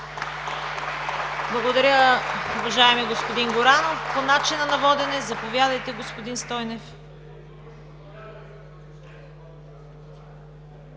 Благодаря, уважаеми господин Горанов! По начина на водене, заповядайте, господин Стойнев.